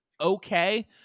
okay